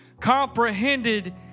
comprehended